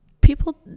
People